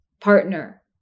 partner